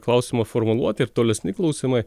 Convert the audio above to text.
klausimo formuluotė ir tolesni klausimai